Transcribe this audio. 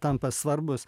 tampa svarbus